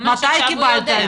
מתי קיבלת?